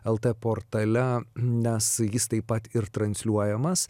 el t portale nes jis taip pat ir transliuojamas